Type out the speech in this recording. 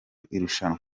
irushanwa